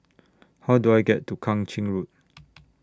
How Do I get to Kang Ching Road